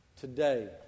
Today